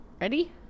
ready